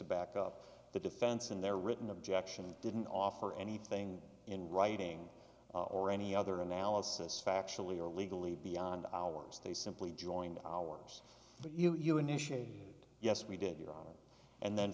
to back up the defense in their written objection didn't offer anything in writing or any other analysis factually or legally beyond ours they simply joined ours you initiate yes we did your honor and then